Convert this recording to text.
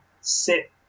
sit